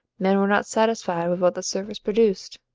men were not satisfied with what the surface produced,